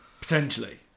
Potentially